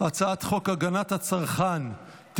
אני קובע כי הצעת חוק ההוצאה לפועל (תיקון,